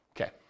Okay